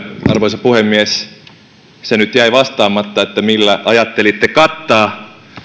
arvoisa puhemies se nyt jäi vastaamatta millä ajattelitte kattaa